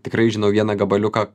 tikrai žinau vieną gabaliuką